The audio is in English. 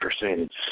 percentage